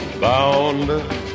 Bound